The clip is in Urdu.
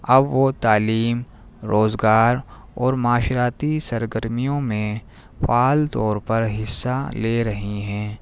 اب وہ تعلیم روزگار اور معاشرتی سرگرمیوں میں پال طور پر حصہ لے رہی ہیں